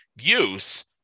use